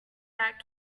that